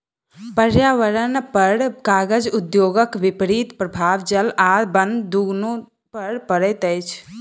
पर्यावरणपर कागज उद्योगक विपरीत प्रभाव जल आ बन दुनू पर पड़ैत अछि